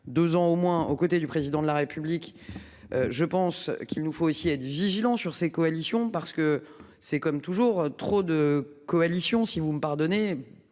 2 ans au moins au côté du président de la République. Je pense qu'il nous faut aussi être vigilant sur ces coalitions parce que c'est comme toujours trop de coalition si vous me pardonnez-nous